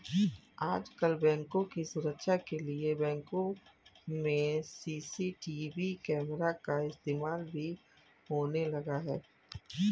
आजकल बैंकों की सुरक्षा के लिए बैंकों में सी.सी.टी.वी कैमरा का इस्तेमाल भी होने लगा है